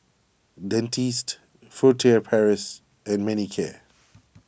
Dentiste Furtere Paris and Manicare